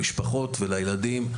למשפחות ולילדים.